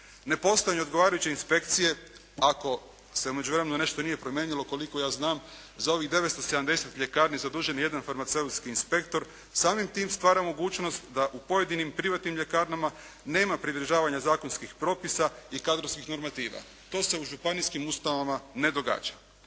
Nepostojanje odgovarajuće inspekcije ako se u međuvremenu nešto nije promijenilo. Koliko ja znam za ovih 970 ljekarni zadužen je jedan farmaceutski inspektor. Samim tim stvara mogućnost da u pojedinim privatnim ljekarnama nema pridržavanja zakonskih propisa i kadrovskih normativa. To se u županijskim ustanovama ne događa.